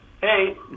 Hey